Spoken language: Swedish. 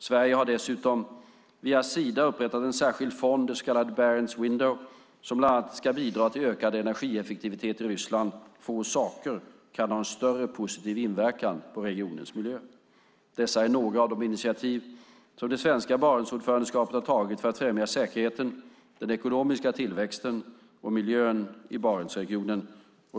Sverige har dessutom via Sida upprättat en särskild fond, det så kallade Barents Window, som bland annat ska bidra till ökad energieffektivitet i Ryssland - få saker kan ha en större positiv inverkan på regionens miljö. Dessa är några av de initiativ som det svenska Barentsordförandeskapet har tagit för att främja säkerheten, den ekonomiska tillväxten och miljön i Barentsregionen.